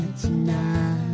tonight